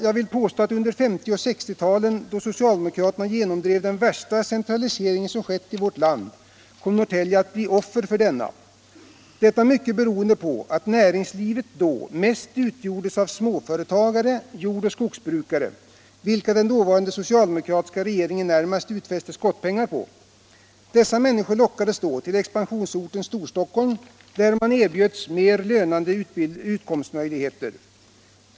Jag vill påstå att Norrtälje kom att bli offer för den centralisering som socialdemokraterna genomdrev under 1950 och 1960-talen och som var den värsta centralisering som skett i vårt land. Näringslivet utgjordes då mest av småföretagare, jordoch skogsbrukare, vilka den dåvarande socialdemokratiska regeringen närmast hade utfäst skottpengar på. Dessa människor lockades till expansionsorten Storstockholm, där de erbjöds mera lönande utkomstmöjligheter.